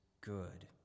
good